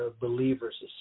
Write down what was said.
believers